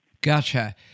Gotcha